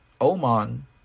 Oman